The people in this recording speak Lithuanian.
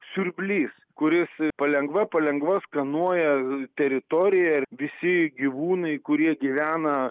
siurblys kuris palengva palengva skenuoja teritoriją ir visi gyvūnai kurie gyvena